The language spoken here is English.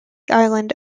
island